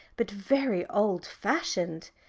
but very old-fashioned.